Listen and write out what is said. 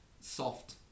soft